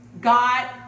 God